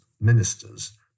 ministers